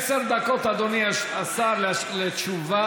עשר דקות, אדוני השר, לתשובה.